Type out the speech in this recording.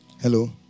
Hello